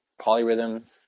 polyrhythms